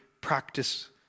practice